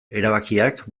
erabakiak